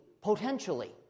potentially